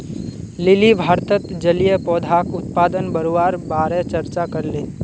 lily भारतत जलीय पौधाक उत्पादन बढ़वार बारे चर्चा करले